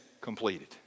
completed